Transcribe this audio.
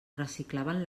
reciclaven